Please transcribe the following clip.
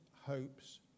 hopes